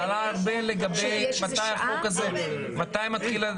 שאלה ארבל לגבי, מתי החוק הזה, מתי מתחיל.